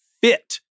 fit